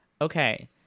Okay